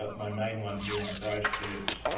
ah my main one here in christchurch,